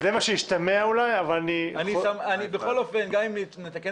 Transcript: זה מה שהשתמע אולי --- בכל אופן גם אם נתקן